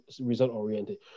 result-oriented